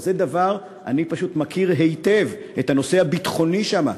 אני פשוט מכיר היטב את הנושא הביטחוני שם.